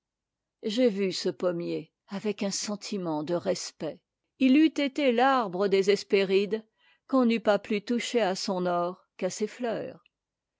j'ai vu ce pommier avec un sentiment de respect il eût été l'arbre des hespérides qu'on n'eût pas'plus touché à son or qu'à ses neurs